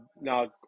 now